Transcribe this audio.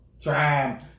Try